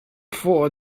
for